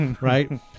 right